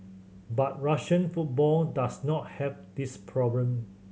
but Russian football does not have this problem